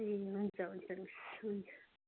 ए हुन्छ हुन्छ मिस हुन्छ